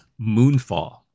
Moonfall